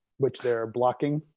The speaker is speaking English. which they're blocking